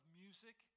music